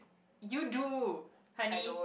you do honey